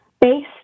based